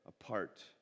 apart